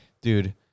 dude